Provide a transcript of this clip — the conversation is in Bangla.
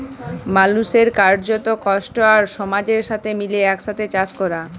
মালুসের কার্যত, কষ্ট আর সমাজের সাথে মিলে একসাথে চাস ক্যরা